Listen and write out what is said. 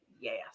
yes